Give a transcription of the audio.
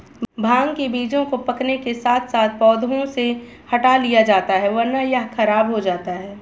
भांग के बीजों को पकने के साथ साथ पौधों से हटा लिया जाता है वरना यह खराब हो जाता है